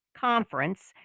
conference